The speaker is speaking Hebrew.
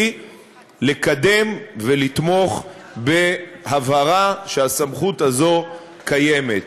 לקדם ולתמוך בהבהרה שהסמכות הזאת קיימת.